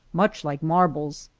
much like marbles.